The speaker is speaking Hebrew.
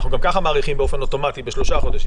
גם ככה אנחנו מאריכים באופן אוטומטי בשלושה חודשים.